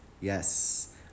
Yes